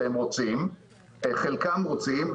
וחלקם רוצים.